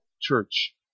church